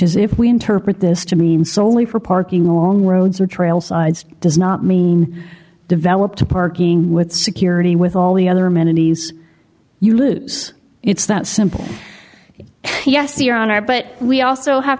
is if we interpret this to mean soley for parking long roads or trail sides does not mean developed parking with security with all the other amenities you lose it's that simple yes your honor but we also have